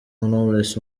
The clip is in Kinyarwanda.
knowless